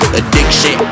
addiction